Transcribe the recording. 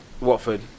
Watford